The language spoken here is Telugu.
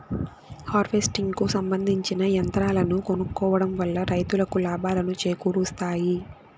హార్వెస్టింగ్ కు సంబందించిన యంత్రాలను కొనుక్కోవడం వల్ల రైతులకు లాభాలను చేకూరుస్తాయి